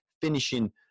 finishing